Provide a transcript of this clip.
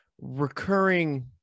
recurring